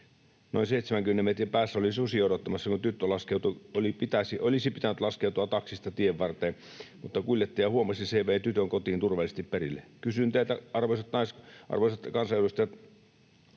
noin 70 metrin päässä oli susi odottamassa, kun tytön olisi pitänyt laskeutua taksista tienvarteen, mutta kuljettaja huomasi ja vei tytön kotiin turvallisesti perille. Kysyn teiltä, arvoisat kansanedustajat